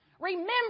Remember